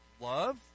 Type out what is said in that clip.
Love